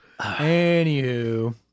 Anywho